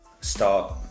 start